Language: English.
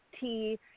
tea